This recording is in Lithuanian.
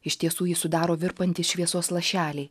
iš tiesų jį sudaro virpantys šviesos lašeliai